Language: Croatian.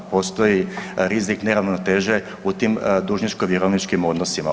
Postoji rizik neravnoteže u tim dužničko-vjerovničkim odnosima.